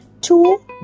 two